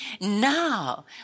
now